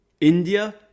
India